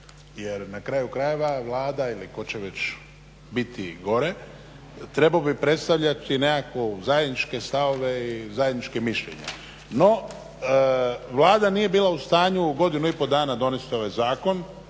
jer na kraju krajeva Vlada ili tko će već biti gore trebao bi predstavljati nekakve zajedničke stavove i zajednička mišljenja. No Vlada nije bila u stanju godinu i pol dana donijeti ovaj zakon,